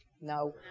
No